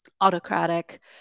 autocratic